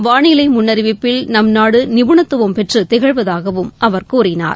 வானிலை முன்னறிவிப்பில் நம்நாடு நிபுணத்துவம் பெற்று திகழ்வதாகவும் அவர் கூறினார்